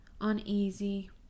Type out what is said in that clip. uneasy